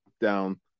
down